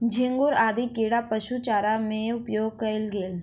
झींगुर आदि कीड़ा पशु चारा में उपयोग कएल गेल